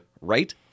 right